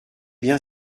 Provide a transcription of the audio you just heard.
bien